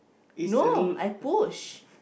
no I push